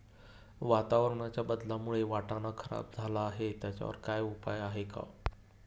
वातावरणाच्या बदलामुळे वाटाणा खराब झाला आहे त्याच्यावर काय उपाय आहे का?